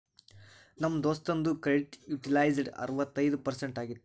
ನಮ್ ದೋಸ್ತುಂದು credit utilised ಅರವತ್ತೈಯ್ದ ಪರ್ಸೆಂಟ್ ಆಗಿತ್ತು